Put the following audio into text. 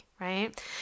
right